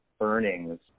earnings